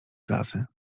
klasy